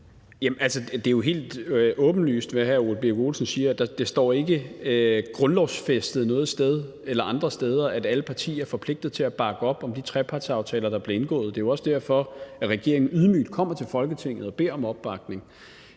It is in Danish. det er jo helt åbenlyst, hvad hr. Ole Birk Olesen siger. Det står ikke i grundloven eller andre steder, at alle partier er forpligtet til at bakke op om de trepartsaftaler, der bliver indgået. Det er også derfor, at regeringen ydmygt kommer til Folketinget og beder om opbakning.